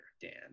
Dan